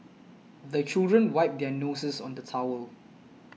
the children wipe their noses on the towel